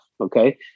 okay